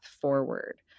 forward